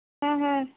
हाँ हाँ